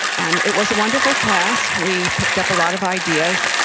and it was a wonderful class. we picked up a lot of ideas.